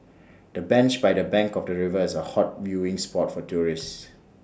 the bench by the bank of the river is A hot viewing spot for tourists